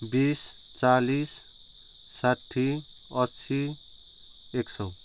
बिस चालिस साठी असी एक सौ